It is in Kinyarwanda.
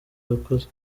bakozi